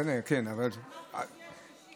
אמרת שנייה ושלישית.